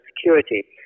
security